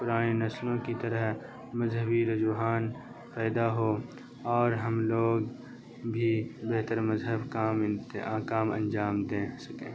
پرانی نسلوں کی طرح مذہبی رجوحان پیدا ہو اور ہم لوگ بھی بہتر مذہب کام کام انجام دیں سکیں